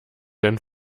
denn